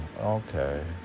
Okay